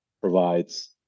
provides